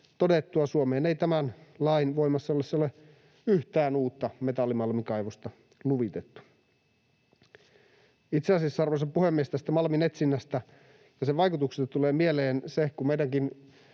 todettua, Suomeen ei tämän lain voimassa ollessa ole yhtään uutta metallimalmikaivosta luvitettu. Itse asiassa, arvoisa puhemies, tästä malmin etsinnästä ja sen vaikutuksista tulee mieleen se, kun meidänkin